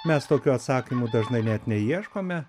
mes tokio atsakymo dažnai net neieškome